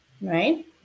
right